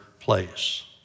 place